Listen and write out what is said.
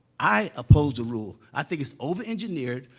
i oppose the rule. i think it's overengineered,